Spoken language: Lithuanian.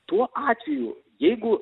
tuo atveju jeigu